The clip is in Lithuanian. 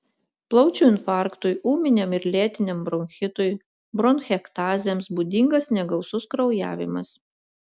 plaučių infarktui ūminiam ir lėtiniam bronchitui bronchektazėms būdingas negausus kraujavimas